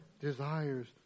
desires